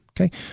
Okay